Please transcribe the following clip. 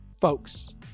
Folks